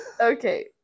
okay